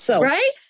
Right